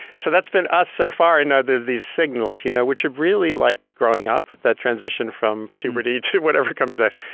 so, that's been us so far, and there are these signals, you know which are really like growing up, that transition from puberty to whatever comes next.